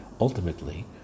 ultimately